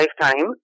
lifetime